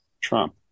Trump